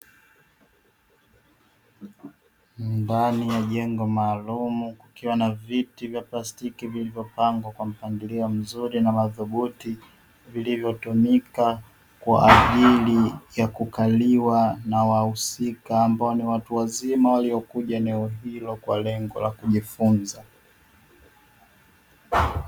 Ni ndani ya jengo maalumu kukiwa na viti vya plastiki vilivyopangwa kwa mpangilio mzuri na madhubuti, vilivyotumika kwa ajili ya kukaliwa na wahusika ambao ni watu wazima waliokuja eneo hilo kwa lengo la kujifunza.